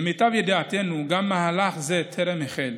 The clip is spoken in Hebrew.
למיטב ידיעתנו, גם מהלך זה טרם החל.